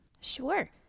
Sure